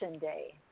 day